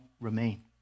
remain